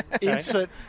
Insert